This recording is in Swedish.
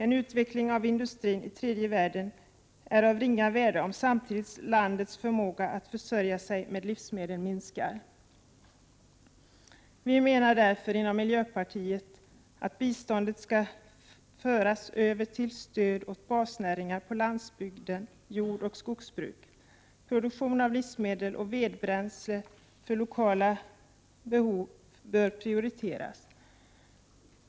En utveckling av industrin i tredje världen är av ringa värde, om 19 april 1989 samtidigt landets förmåga att försörja sig med livsmedel minskar. Vi menar därför inom miljöpartiet att biståndet skall föras över till stöd åt basnäringarna på landsbydgen: jordoch skogsbruk. Produktion av livsmedel och vedbränsle för lokala behov bör prioriteras.